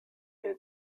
elle